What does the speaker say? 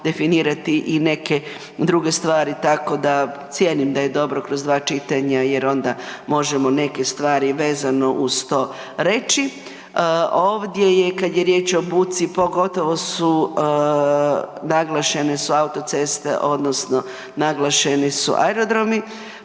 definirati i neke druge stvari tako da cijenim da je dobro kroz 2 čitanja jer onda možemo neke stvari vezano uz to reći. Ovdje je kad je riječ o buci pogotovo su naglašene su autoceste, odnosno naglašeni su aerodromi.